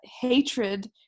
hatred